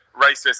racist